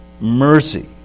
mercy